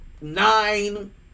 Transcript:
nine